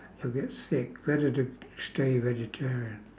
you'll get sick better to stay a vegetarian